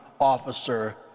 officer